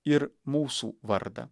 ir mūsų vardą